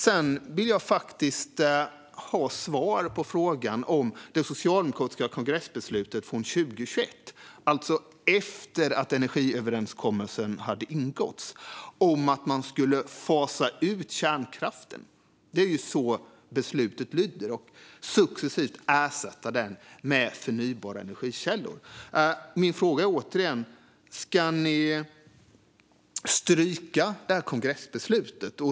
Sedan vill jag faktiskt ha svar på frågan om det socialdemokratiska kongressbeslutet från 2021, alltså efter att energiöverenskommelsen hade ingåtts, om att man skulle fasa ut kärnkraften - det är ju så beslutet lyder - och successivt ersätta den med förnybara energikällor. Min fråga är återigen: Ska ni stryka det kongressbeslutet?